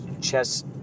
chess